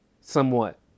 somewhat